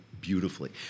beautifully